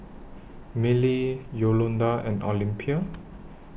Milly Yolonda and Olympia